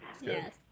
Yes